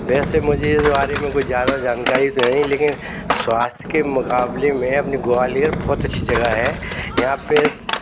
वैसे मुझे इस बारे में कुछ ज्यादा जानकारी तो है नहीं लेकिन स्वास्थ्य के मुकाबले में अपने ग्वालियर बहुत अच्छी जगह है यहाँ पर